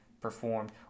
performed